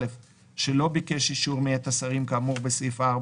שלא ביקש אישור מאת השרים, כאמור בסעיף 4